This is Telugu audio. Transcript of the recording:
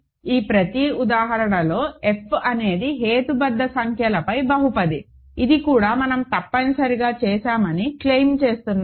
ఈ ప్రతి ఉదాహరణలో f అనేది హేతుబద్ధ సంఖ్యలపై బహుపది ఇది కూడా మనం తప్పనిసరిగా చేశామని క్లెయిమ్ చేస్తున్నాను